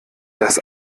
das